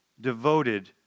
devoted